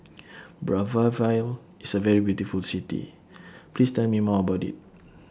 Brazzaville IS A very beautiful City Please Tell Me More about IT